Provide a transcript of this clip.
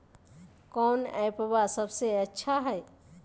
कौन एप्पबा सबसे अच्छा हय?